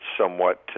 somewhat